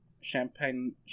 champagne